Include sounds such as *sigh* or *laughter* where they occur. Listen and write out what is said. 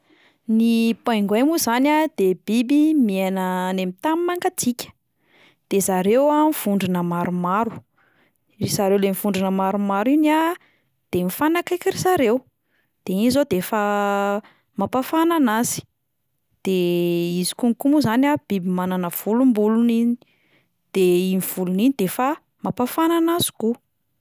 Ny pingouin moa zany a de biby miaina any amin'ny tany mangatsiaka, de zareo a mivondrona maromaro, ry zareo le mivondrona maromaro iny a, de mifankaiky ry zareo, de iny zao de efa *hesitation* mampafana anazy, de *hesitation* izy konko moa zany a biby manana volombolony iny, de iny volony iny de efa mampafana an'azy koa.